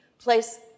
place